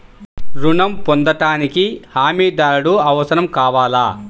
ఋణం పొందటానికి హమీదారుడు అవసరం కావాలా?